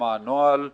מה הנוהל,